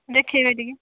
ଦେଖାଇବେ ଟିକିଏ